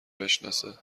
بشناسه